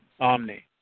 Omni